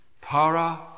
Para